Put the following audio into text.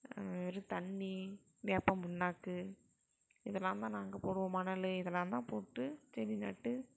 வெறும் தண்ணீர் வேப்பம் புண்ணாக்கு இதல்லாம் தான் நாங்கள் போடுவோம் மணல் இதல்லாம் தான் போட்டு செடி நட்டு